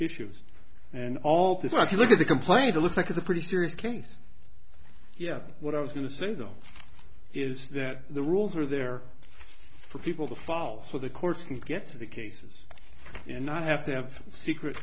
issues and all this stuff you look at the complaint looks like a pretty serious case yeah what i was going to say though is that the rules are there for people to fall so the courts can get to the cases and not have to have secret